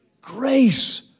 Grace